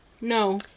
no